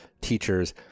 teachers